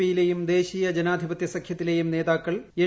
പിയിലെയും ദേശീയജനാധിപത്യ സഖ്യത്തിലേയും നേതാക്കൾ എൻ